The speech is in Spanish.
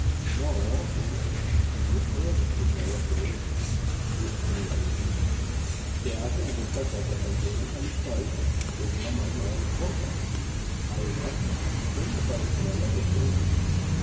no señor yo estoy acostumbrado a todo dijo con ironía se hacen en esta casa tan buenas amistades que una más nada importa además usted no parece mala persona